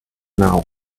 now